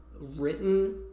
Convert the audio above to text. written